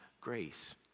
grace